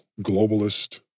globalist